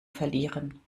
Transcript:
verlieren